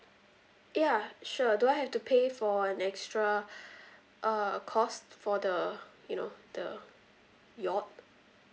ya sure do I have to pay for an extra uh cost for the you know the yacht